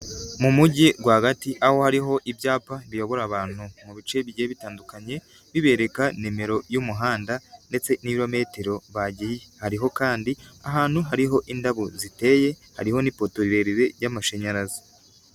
Mu mujyi rwagati, aho hariho ibyapa biyobora abantu mu bice bijgiye bitandukanye, bibereka nimero y'umuhanda ndetse n'ibirometero bagiye, hariho kandi ahantu hariho indabo ziteye, hariho n'ipoto rirerire y'amashanyarazi.